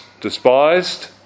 despised